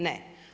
Ne.